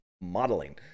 modeling